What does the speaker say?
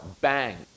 bang